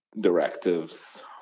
directives